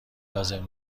لازم